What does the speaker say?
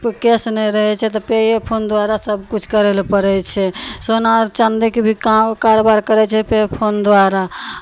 तऽ ओ कैश नहि रहै छै तऽ पेए फोन द्वारा सभकिछु करै लए पड़ै छै सोना आर चाँदीके भी काम कारबार करै छै पे फोन द्वारा